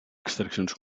extraccions